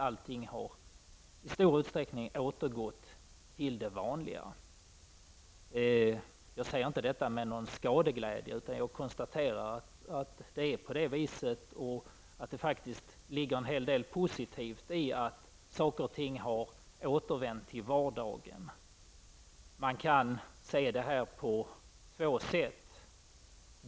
Allting har i stor utsträckning återgått till det vanliga. Jag säger inte detta med någon skadeglädje, utan jag konstaterar att det är på det sättet och att det faktiskt ligger en del positivt i att saker och ting har återvänt till vardagen. Man kan se detta på två sätt.